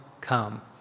come